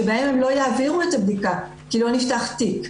שבהם הם לא יעבירו את הבדיקה כי לא נפתח תיק.